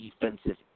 defensive